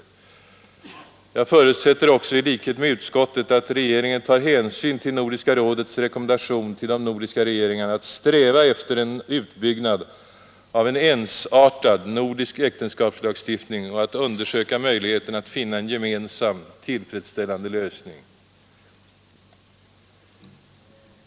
Jag förutsätter också i likhet med utskottet att regeringen tar hänsyn till Nordiska rådets rekommendation till de nordiska regeringarna att sträva efter en utbyggnad av en ensartad nordisk äktenskapslagstiftning och att undersöka möjligheten att finna en gemensam, tillfredsställande lösning.